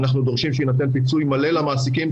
אנחנו דורשים שיינתן פיצוי מלא למעסיקים,